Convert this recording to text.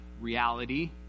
reality